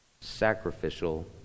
sacrificial